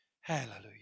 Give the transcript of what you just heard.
Hallelujah